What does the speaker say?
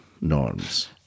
norms